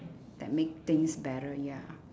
that make things better ya